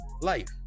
life